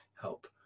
help